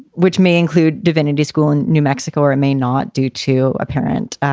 which may include divinity school in new mexico or a may not due to apparent